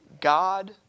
God